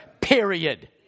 Period